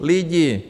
Lidi!